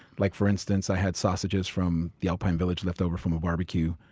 like for instance, i had sausages from the alpine village left over from a barbecue.